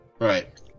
Right